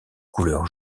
couleurs